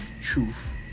truth